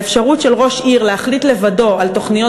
האפשרות של ראש עיר להחליט לבדו על תוכניות